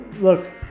look